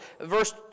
verse